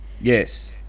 yes